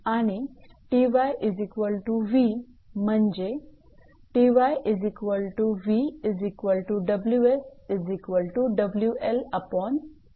याप्रमाणे 𝑇𝑥𝐻 आणि 𝑇𝑦𝑉 म्हणजे